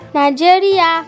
nigeria